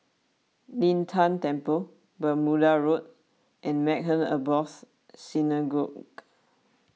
Lin Tan Temple Bermuda Road and Maghain Aboth Synagogue